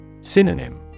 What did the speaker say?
Synonym